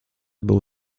był